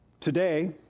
today